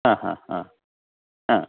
ആഹാഹാ ആ